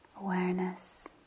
awareness